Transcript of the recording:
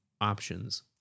options